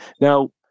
Now